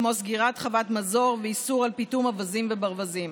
כמו סגירת חוות מזור ואיסור פיטום אווזים וברווזים.